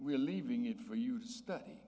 we're leaving it for you to study